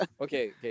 okay